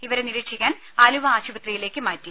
ഇവരെ നിരീക്ഷിക്കാൻ ആലുവ ആശുപത്രിയിലേക്ക് മാറ്റി